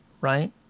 right